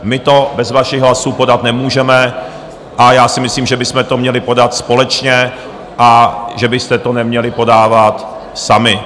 My to bez vašich hlasů podat nemůžeme a já si myslím, že bychom to měli podat společně a že byste to neměli podávat sami.